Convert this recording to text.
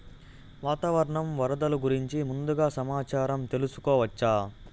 వాతావరణం వరదలు గురించి ముందుగా సమాచారం తెలుసుకోవచ్చా?